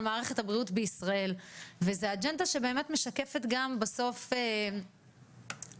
מערכת הבריאות בישראל וזו אג'נדה שבאמת משקפת גם בסוף ערכים